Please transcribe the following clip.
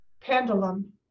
Pendulum